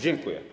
Dziękuję.